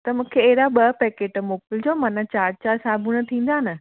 त मुखे हेड़ा ॿ पेकेट मोकलजो मनां चारि चारि साबुण थींदा न